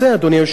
אדוני היושב-ראש,